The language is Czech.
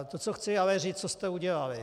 To co chci ale říci, co jste udělali.